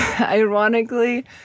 ironically